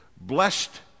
Blessed